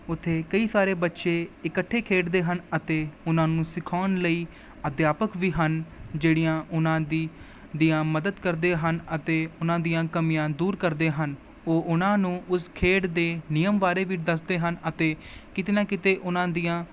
ਉੱਥੇ ਕਈ ਸਾਰੇ ਬੱਚੇ ਇਕੱਠੇ ਖੇਡ ਦੇ ਹਨ ਅਤੇ ਉਨ੍ਹਾਂ ਨੂੰ ਸਿਖਾਉਣ ਲਈ ਅਧਿਆਪਕ ਵੀ ਹਨ ਜਿਹੜੀਆਂ ਉਨ੍ਹਾਂ ਦੀ ਦੀਆਂ ਮਦਦ ਕਰਦੇ ਹਨ ਅਤੇ ਉਨ੍ਹਾਂ ਦੀਆਂ ਕਮੀਆਂ ਦੂਰ ਕਰਦੇ ਹਨ ਉਹ ਉਨ੍ਹਾਂ ਨੂੰ ਉਸ ਖੇਡ ਦੇ ਨਿਯਮ ਬਾਰੇ ਵੀ ਦੱਸਦੇ ਹਨ ਅਤੇ ਕਿਤੇ ਨਾ ਕਿਤੇ ਉਨ੍ਹਾਂ ਦੀਆਂ